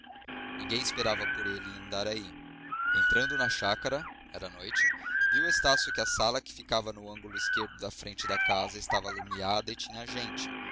ninguém esperava por ele em andaraí entrando na chácara era de noite viu estácio que a sala que ficava no ângulo esquerdo da frente da casa estava alumiada e tinha gente